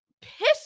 piss